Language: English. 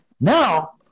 Now